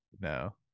No